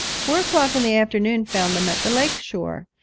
four o'clock in the afternoon found them at the lake shore.